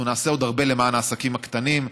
אנחנו נעשה עוד הרבה למען העסקים הקטנים,